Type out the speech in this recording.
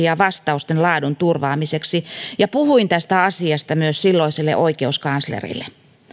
ja vastausten laadun turvaamiseksi ja puhuin tästä asiasta myös silloiselle oikeuskanslerille